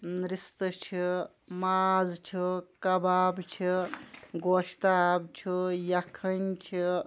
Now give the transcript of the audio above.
یِم رِستہٕ چھِ ماز چھُ کَباب چھُ گوشتاب چھُ یِخنۍ چھِ